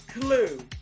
clue